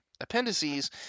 appendices